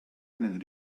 einen